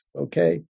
okay